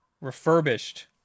Refurbished